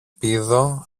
πήδο